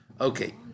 Okay